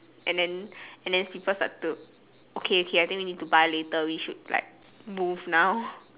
and then and then people start to okay okay I think we need to move later we need to like move now